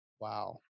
wow